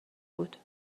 بود